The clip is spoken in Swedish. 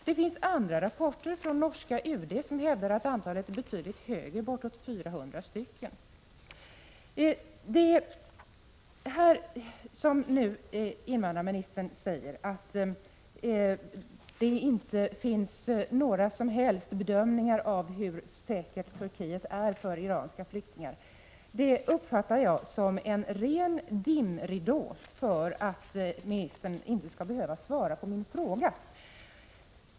Det finns en rapport från norska UD som hävdar att antalet är betydligt högre — bortåt 400. Vad invandrarministern säger om att det inte finns några som helst bedömningar av hur säkert Turkiet är för iranska flyktingar uppfattar jag som en ren dimridå för att ministern inte skall behöva svara på min fråga.